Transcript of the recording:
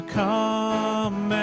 come